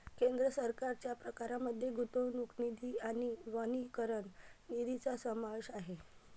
केंद्र सरकारच्या प्रकारांमध्ये गुंतवणूक निधी आणि वनीकरण निधीचा समावेश आहे